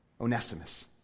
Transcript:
Onesimus